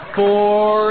four